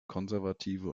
konservative